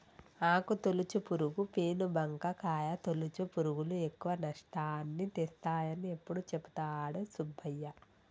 ఆకు తొలుచు పురుగు, పేను బంక, కాయ తొలుచు పురుగులు ఎక్కువ నష్టాన్ని తెస్తాయని ఎప్పుడు చెపుతాడు సుబ్బయ్య